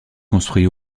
construit